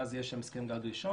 זה יהיה הסכם גג ראשון.